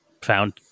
found